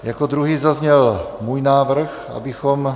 Jako druhý zazněl můj návrh, abychom...